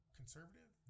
conservative